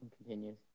continues